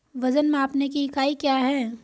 वजन मापने की इकाई क्या है?